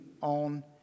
on